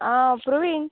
आं प्रवीण